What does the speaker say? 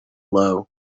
low